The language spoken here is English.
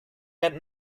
had